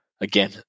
again